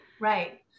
Right